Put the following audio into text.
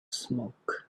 smoke